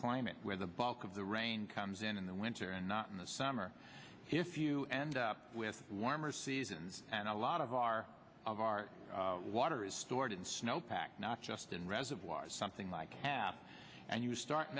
climate where the bulk of the rain comes in in the winter and not in the summer if you end up with warmer seasons and a lot of our of our water is stored in snow pack not just in reservoirs something like i have and you start